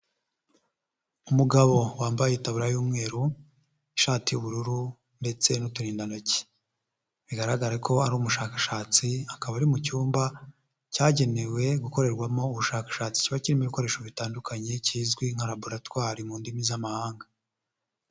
Umugabo wambaye itaburiya y'umweru, ishati y'ubururu ndetse n'uturindantoki. Bigaragare ko ari umushakashatsi, akaba ari mu cyumba cyagenewe gukorerwamo ubushakashatsi kiba kirimo ibikoresho bitandukanye kizwi nka laboratwari mu ndimi z'amahanga.